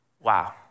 wow